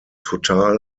total